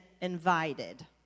invited